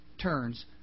turns